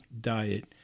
diet